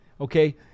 Okay